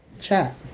chat